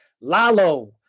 Lalo